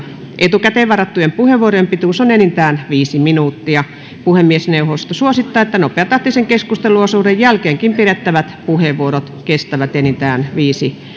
etukäteen varattujen puheenvuorojen pituus on enintään viisi minuuttia puhemiesneuvosto suosittaa että nopeatahtisen keskusteluosuuden jälkeenkin pidettävät puheenvuorot kestävät enintään viisi